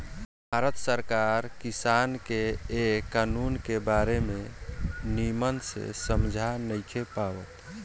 भारत सरकार किसान के ए कानून के बारे मे निमन से समझा नइखे पावत